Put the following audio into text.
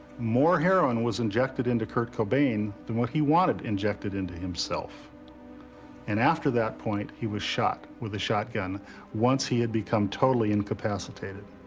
more heroin was injected into kurt cobain than what he wanted injected into himself and after that point, he was shot with a shotgun once he had become totally incapacitated.